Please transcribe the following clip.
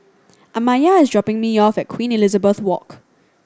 Amaya is dropping me off at Queen Elizabeth Walk